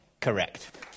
Correct